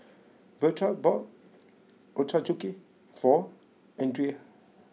Bertrand bought Ochazuke for Andria